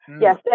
Yes